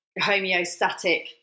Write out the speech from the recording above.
homeostatic